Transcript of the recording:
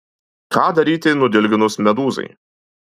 ką daryti nudilginus medūzai